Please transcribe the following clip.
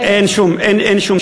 אין שום ספק,